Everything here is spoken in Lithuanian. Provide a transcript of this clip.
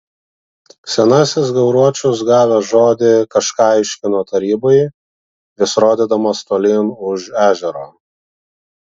senasis gauruočius gavęs žodį kažką aiškino tarybai vis rodydamas tolyn už ežero